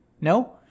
No